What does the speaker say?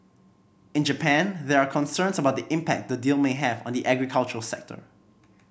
in Japan there are concerns about the impact the deal may have on the agriculture sector